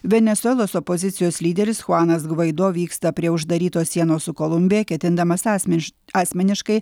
venesuelos opozicijos lyderis chuanas gvaido vyksta prie uždarytos sienos su kolumbija ketindamas asmeniš asmeniškai